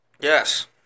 yes